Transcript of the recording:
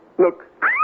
Look